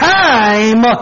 time